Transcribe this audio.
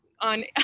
on